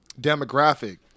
Demographic